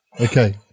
okay